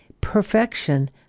perfection